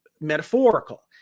metaphorical